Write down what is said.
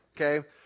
okay